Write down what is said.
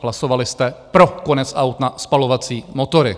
Hlasovali jste pro konec aut na spalovací motory.